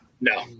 No